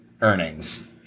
earnings